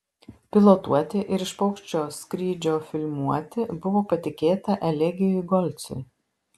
pilotuoti ir iš paukščio skrydžio filmuoti buvo patikėta elegijui golcui